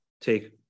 take